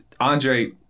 andre